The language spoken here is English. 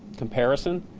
comparison.